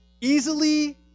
easily